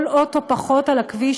כל אוטו פחות על הכביש,